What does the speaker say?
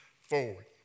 forward